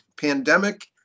pandemic